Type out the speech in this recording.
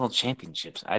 championships